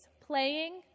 playing